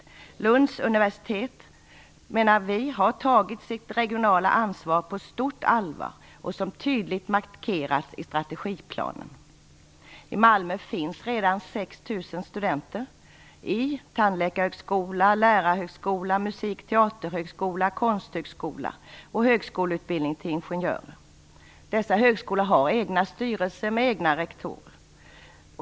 Vi menar att Lunds universitet har tagit sitt regionala ansvar på stort allvar, vilket tydligt markeras i strategiplanen. I Malmö finns redan 6 000 studenter i tandläkarhögskola, lärarhögskola, musik och teaterhögskola, konsthögskola och högskoleutbildning till ingenjörer. Dessa högskolor har egna styrelser med egna rektorer.